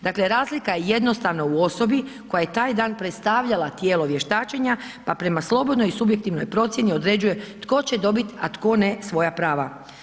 Dakle, razlika je jednostavno u osobi koja je taj dan predstavljala tijelo vještačenja pa prema slobodnoj i subjektivnoj procjeni, određuje tko će dobit a tko ne svoja prava.